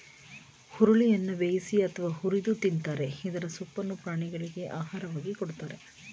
ಹುರುಳಿಯನ್ನ ಬೇಯಿಸಿ ಅಥವಾ ಹುರಿದು ತಿಂತರೆ ಇದರ ಸೊಪ್ಪನ್ನು ಪ್ರಾಣಿಗಳಿಗೆ ಆಹಾರವಾಗಿ ಕೊಡಲಾಗ್ತದೆ